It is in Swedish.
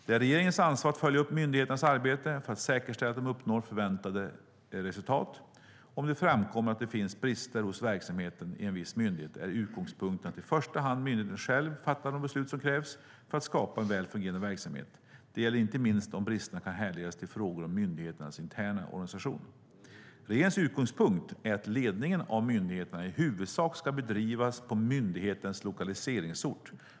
Det är regeringens ansvar att följa upp myndigheternas arbete för att säkerställa att de uppnår förväntade resultat. Om det framkommer att det finns brister hos verksamheten i en viss myndighet är utgångspunkten att i första hand myndigheten själv fattar de beslut som krävs för att skapa en väl fungerande verksamhet. Det gäller inte minst om bristerna kan härledas till frågor om myndighetens interna organisation. Regeringens utgångspunkt är att ledningen av myndigheterna i huvudsak ska bedrivas på myndighetens lokaliseringsort.